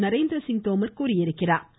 நரேந்திரசிங் தோமர் தெரிவித்துள்ளா்